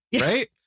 right